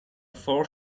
four